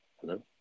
Hello